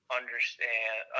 understand